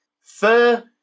fur